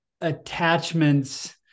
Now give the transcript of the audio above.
attachments